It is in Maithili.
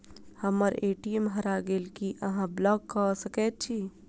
हम्मर ए.टी.एम हरा गेल की अहाँ ब्लॉक कऽ सकैत छी?